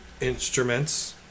instruments